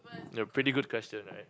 yeah pretty good question right